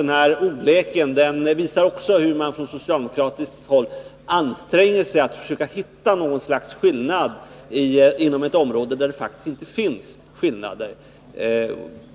Den här ordleken visar hur man från socialdemokratiskt håll anstränger sig för att försöka hitta någon sorts skillnad inom ett område där det faktiskt inte finns skillnader.